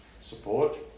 support